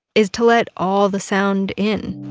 is to let all the sound in,